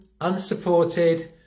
unsupported